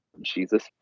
Jesus